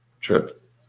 Trip